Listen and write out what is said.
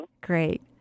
Great